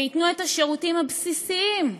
שייתנו את השירותים הבסיסיים,